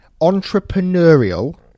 entrepreneurial